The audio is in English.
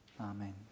Amen